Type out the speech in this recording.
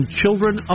children